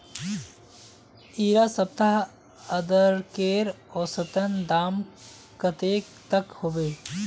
इडा सप्ताह अदरकेर औसतन दाम कतेक तक होबे?